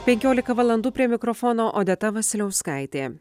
penkiolika valandų prie mikrofono odeta vasiliauskaitė